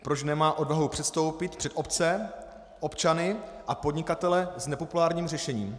Proč nemá odvahu předstoupit před obce, občany a podnikatele s nepopulárním řešením?